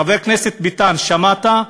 חבר הכנסת ביטן, שמעת?